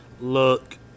Look